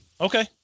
Okay